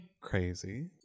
Crazy